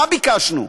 מה ביקשנו?